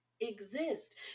Exist